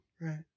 Right